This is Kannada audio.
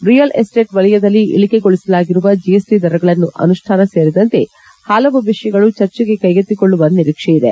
ರಿಯಲ್ ಎಸ್ಸೇಟ್ ವಲಯದಲ್ಲಿ ಇಳಕೆಗೊಳಿಸಲಾಗಿರುವ ಜಿಎಸ್ಟಿ ದರಗಳನ್ನು ಅನುಷ್ನಾನ ಸೇರಿದಂತೆ ಹಲವು ವಿಷಯಗಳನ್ನು ಚರ್ಚೆಗೆ ಕೈಗೆತ್ತಿಕೊಳ್ಳುವ ನಿರೀಕ್ಷೆ ಇದೆ